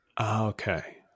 Okay